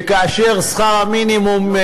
וכאשר שכר המינימום,